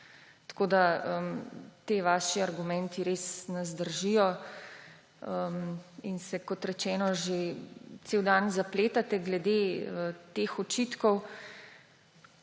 Tako da ti vaši argumenti res ne zdržijo in se, kot rečeno, že cel dan zapletate glede teh očitkov.